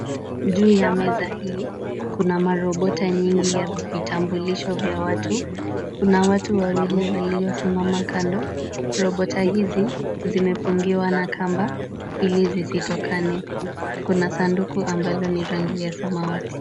Juu ya meza hii kuna marobota nyingi ya vitambulisho vya watu. Kuna watu wawili waliosimama kando, robota hizi zimefungiwa na kamba ili zisitokane. Kuna sanduku ambalo ni rangi ya samawati.